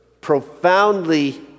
profoundly